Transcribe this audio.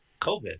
COVID